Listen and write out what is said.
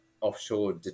offshore